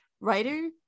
writer